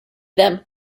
them